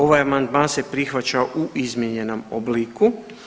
Ovaj amandman se prihvaća u izmijenjenom obliku.